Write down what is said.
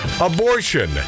abortion